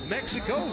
Mexico